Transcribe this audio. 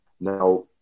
Now